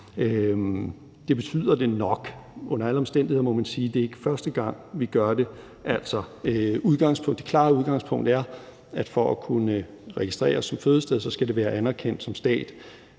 Det betyder det nok. Under alle omstændigheder må man sige, at det ikke er første gang, vi gør det. Det klare udgangspunkt er, at for at kunne registreres som fødested skal det være anerkendt som stat.